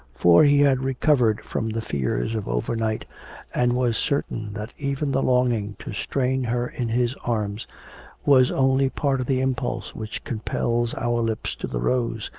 for he had recovered from the fears of overnight and was certain that even the longing to strain her in his arms was only part of the impulse which compels our lips to the rose,